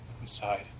inside